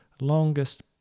longest